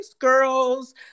girls